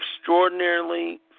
extraordinarily